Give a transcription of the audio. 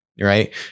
right